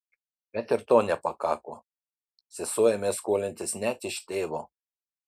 bet ir to nepakako sesuo ėmė skolintis net iš tėvo